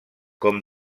com